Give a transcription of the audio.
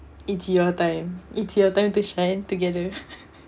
it's your time it's time to shine together